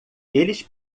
eles